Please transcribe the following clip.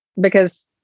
Because-